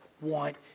want